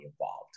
involved